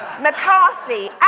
McCarthy